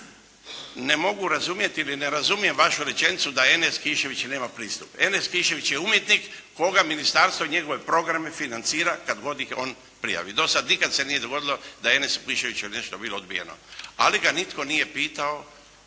ne mogu razumjeti ili ne razumijem vašu rečenicu da Enes Kišević nema pristup. Enes Kišević je umjetnik koga ministarstvo i njegove programe financira kad god ih on prijavi. Do sada nikada se nije dogodilo da je Enesu Kiševiću nešto bilo odbijeno, ali ga nitko nije pitao